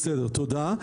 בסדר, תודה.